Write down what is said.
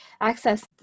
access